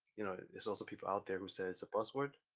you know there's also people out there who say it's a buzzword,